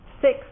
Six